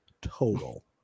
total